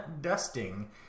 dusting